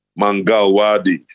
Mangalwadi